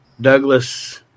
Douglas